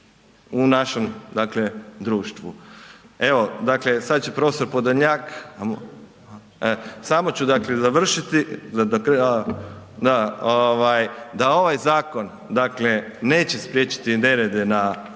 u našem društvu. Evo, dakle sad će profesor Podolnjak, samo ću završiti, ovaj da ovaj zakon dakle neće spriječiti nerede na